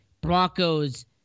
Broncos